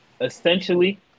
Essentially